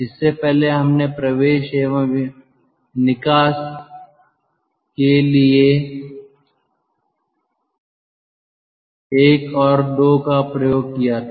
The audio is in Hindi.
इससे पहले हमने प्रवेश एवं कास के लिए एक और दो का प्रयोग किया था